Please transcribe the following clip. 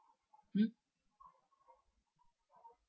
hmm